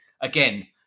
again